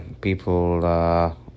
people